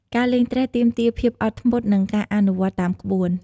ការលេងត្រេះទាមទារភាពអត់ធ្មត់ និងការអនុវត្តតាមក្បួន។